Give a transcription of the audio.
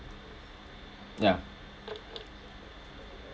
yeah